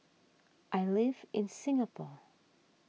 I live in Singapore